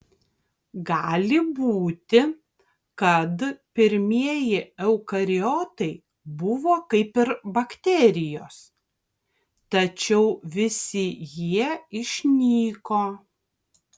gali būti kad pirmieji eukariotai buvo kaip ir bakterijos tačiau visi jie išnyko